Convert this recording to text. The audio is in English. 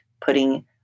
putting